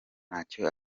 ntacyo